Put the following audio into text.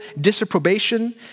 disapprobation